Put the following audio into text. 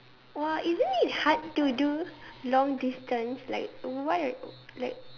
!woah! isn't it hard to do long distance like why are you like